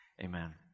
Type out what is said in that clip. Amen